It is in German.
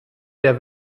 der